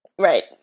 Right